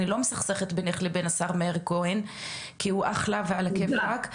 אני לא מסכסכת בינך לבין השר מאיר כהן כי הוא אחלה ועל הכיפאק,